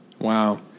Wow